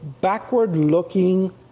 backward-looking